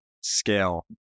scale